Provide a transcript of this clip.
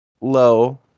low